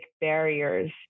barriers